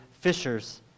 fishers